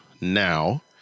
now